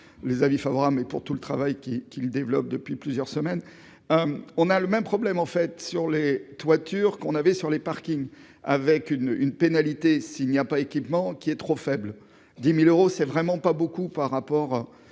les avis favorable et pour tout le travail qu'il qu'il développe depuis plusieurs semaines, on a le même problème en fait sur les toitures, qu'on avait sur les parkings avec une une pénalité s'il n'y a pas équipements qui est trop faible dix mille euros c'est vraiment pas beaucoup par rapport